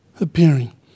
appearing